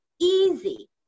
easy